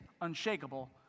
unshakable